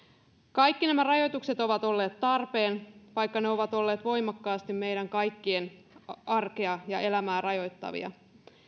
kaikki nämä rajoitukset ovat olleet tarpeen vaikka ne ovat olleet voimakkaasti meidän kaikkien arkea ja elämää rajoittavia